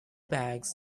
bags